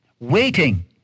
Waiting